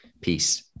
Peace